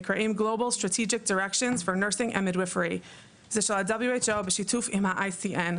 זה ה-WHO בשיתוף עם ה-ICN.